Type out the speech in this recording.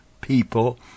people